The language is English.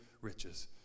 riches